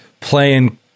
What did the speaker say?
playing